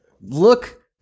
Look